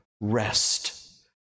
rest